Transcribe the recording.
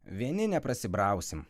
vieni neprasibrausim